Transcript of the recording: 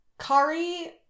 Kari